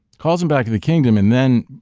calls him back to the kingdom and then,